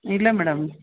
ಇಲ್ಲ ಮೇಡಮ್